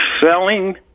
selling